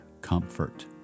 comfort